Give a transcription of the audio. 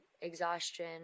exhaustion